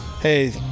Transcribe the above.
hey